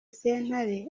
sentare